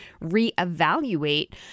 reevaluate